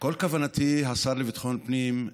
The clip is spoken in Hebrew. כל כוונתי, השר לביטחון פנים,